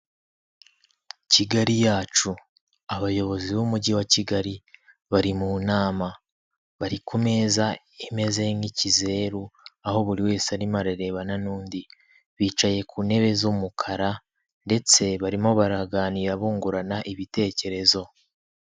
Kigali yacu abayobozi b'umujyi wa Kigali bari mu nama, bari ku meza imeze nk'ikizeru, aho buri wese arimo ararebana n'undi, bicaye ku ntebe z'umukara ndetse barimo baraganira bungurana ibitekerezo.